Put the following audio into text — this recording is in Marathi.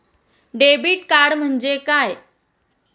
डेबिट कार्ड म्हणजे काय?